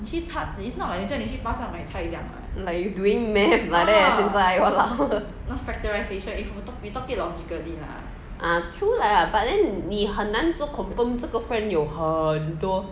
like you doing math like that 现在 !walao! ah true lah but then 你很说难 confirm 这个 friend 有很多